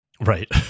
Right